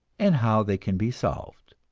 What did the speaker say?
and how they can be solved.